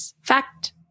fact